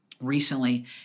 recently